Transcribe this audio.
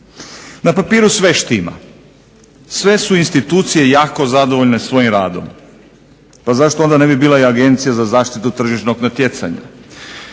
Na papiru sve štima, sve su institucije jako zadovoljne sa svojim radom pa zašto onda ne bi bila i Agencija za zaštitu tržišnog natjecanja